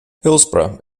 hillsboro